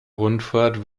rundfahrt